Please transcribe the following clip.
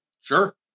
Sure